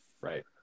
Right